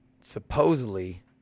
supposedly